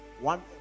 one